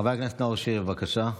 חבר הכנסת נאור שירי, בבקשה.